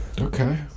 Okay